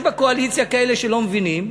יש בקואליציה כאלה שלא מבינים,